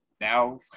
now